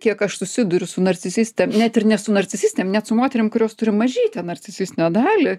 kiek aš susiduriu su narcisistėm net ir ne su narcisistėm net su moterim kurios turi mažytę narcisistinę dalį